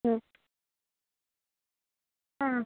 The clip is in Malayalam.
ആ ആ